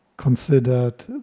considered